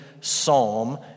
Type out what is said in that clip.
psalm